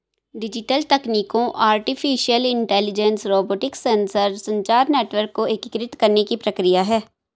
digital तकनीकों artificial intelligence, robotics, sensor, संचार network को एकीकृत करने की प्रक्रिया है